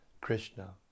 Krishna